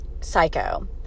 psycho